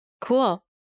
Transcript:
cool